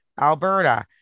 Alberta